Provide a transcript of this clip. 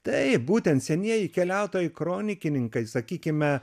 taip būtent senieji keliautojai kronikininkai sakykime